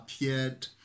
appeared